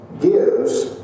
gives